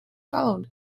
followed